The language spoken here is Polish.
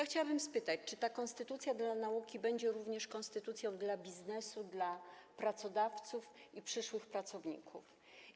Chciałabym zapytać, czy ta konstytucja dla nauki będzie również konstytucją dla biznesu, dla pracodawców i przyszłych pracowników.